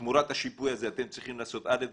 שתמורת השיפוי הזה הם צריכים לעשות א',